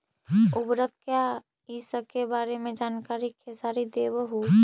उर्वरक क्या इ सके बारे मे जानकारी खेसारी देबहू?